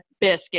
biscuit